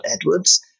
Edwards